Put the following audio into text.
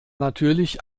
natürlich